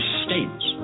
states